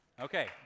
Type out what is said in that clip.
Okay